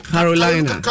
Carolina